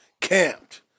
camped